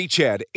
Chad